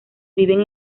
viven